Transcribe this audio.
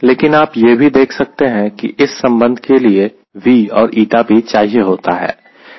लेकिन आप यह भी देख सकते हैं की इस संबंध के लिए V और ηp चाहिए होता है